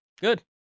Good